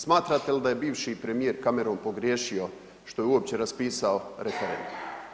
Smatrate li da je bivši premijer Cameron pogriješio što je uopće raspisao referendum?